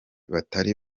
batari